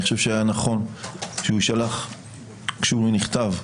אני חושב שהיה נכון שהוא יישלח כשהוא נכתב.